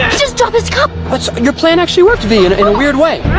just dropped his cup. that's your plan actually worked, vy, in a weird way.